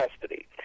custody